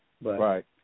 Right